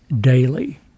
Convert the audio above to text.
daily